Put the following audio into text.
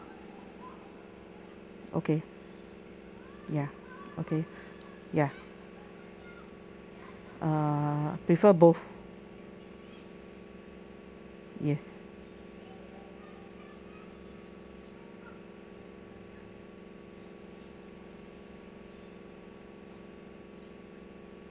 okay ya okay ya err prefer both yes